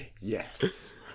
Yes